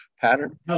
pattern